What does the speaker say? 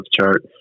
chart